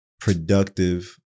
productive